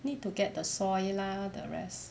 need to get the soil lah the rest